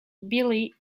billy